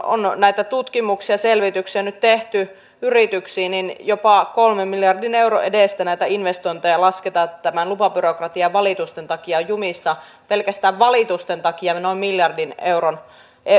on näitä tutkimuksia ja selvityksiä nyt tehty yrityksistä niin lasketaan että jopa kolmen miljardin euron edestä näitä investointeja tämän lupabyrokratian ja valitusten takia on jumissa pelkästään valitusten takia noin miljardin euron